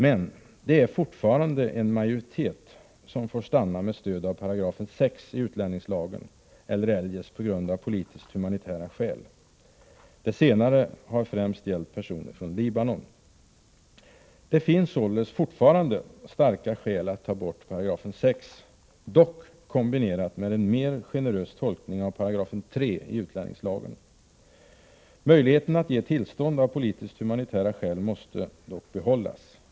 Men det är fortfarande en majoritet som får stanna med stöd av 6§ i utlänningslagen eller eljest på grund av politisk-humanitära skäl. Det senare har främst gällt personer från Libanon. Det finns således fortfarande starka skäl att ta bort 6 §, dock kombinerat med en mer generös tolkning av 3§ i utlänningslagen. Möjligheten att ge tillstånd av politisk-humanitära skäl måste dock behållas.